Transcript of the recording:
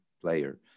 player